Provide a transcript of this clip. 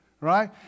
Right